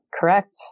Correct